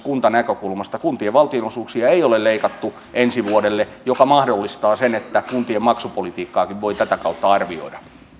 kuntien valtionosuuksia ei ole leikattu ensi vuodelle mikä mahdollistaa sen että kuntien maksupolitiikkaakin voi tätä kautta arvioida